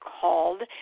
called